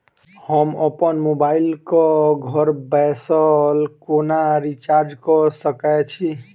हम अप्पन मोबाइल कऽ घर बैसल कोना रिचार्ज कऽ सकय छी?